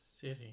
City